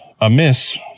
amiss